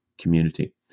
community